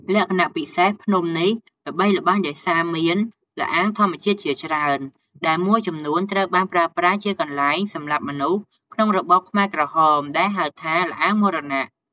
លក្ខណៈពិសេស ភ្នំនេះល្បីល្បាញដោយសារមាន ល្អាងធម្មជាតិ ជាច្រើន ដែលមួយចំនួនត្រូវបានប្រើប្រាស់ជាកន្លែងសម្លាប់មនុស្សក្នុងរបបខ្មែរក្រហម ដែលហៅថា ល្អាងមរណៈ។